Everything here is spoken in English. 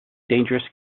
dangerous